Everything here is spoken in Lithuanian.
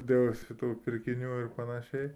dėl kitų pirkinių ir panašiai